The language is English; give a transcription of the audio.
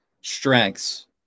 strengths